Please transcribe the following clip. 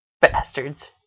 Bastards